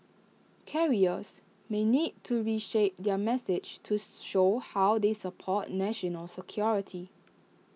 carriers may need to reshape their message to show how they support national security